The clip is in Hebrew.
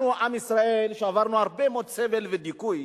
אנחנו, עם ישראל, שעברנו הרבה מאוד סבל ודיכוי,